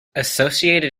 associated